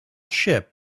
ship